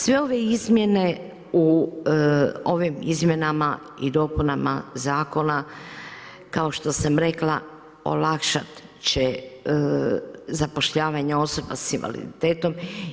Sve ove izmjene, u ovim izmjenama i dopunama zakona kao što sam rekla olakšati će zapošljavanje osoba sa invaliditetom.